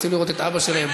רוצים לראות את אבא שלהם.